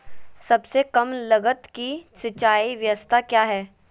सबसे कम लगत की सिंचाई ब्यास्ता क्या है?